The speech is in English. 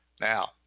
Now